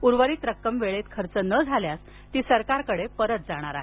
उर्वरित रक्कम वेळेत खर्च न झाल्यास ती सरकारकडे परत जाणार आहे